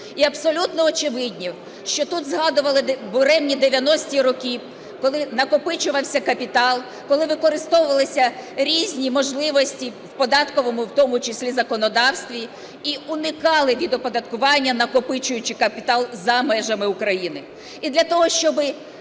І абсолютно очевидно, що тут згадували буремні 90-ті роки, коли накопичувався капітал, коли використовувалися різні можливості в податковому і в тому числі законодавстві, і уникали від оподаткування, накопичуючи капітал за межами України.